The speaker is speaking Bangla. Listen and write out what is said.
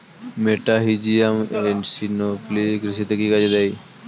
মেটাহিজিয়াম এনিসোপ্লি কৃষিতে কি কাজে দেয়?